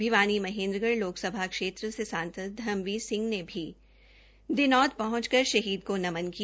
भिवानी महेन्द्रगढ़ लोकसभा क्षेत्र से सांसद धर्मबीर सिंह भी दिनोद पहुंचे और शहीद को नमन किया